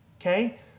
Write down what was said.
Okay